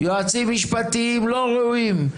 יועצים משפטיים לא ראויים,